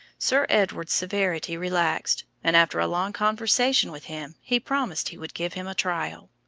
sir edward's severity relaxed, and after a long conversation with him he promised he would give him a trial.